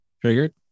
triggered